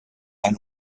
ein